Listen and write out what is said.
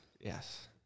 Yes